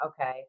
okay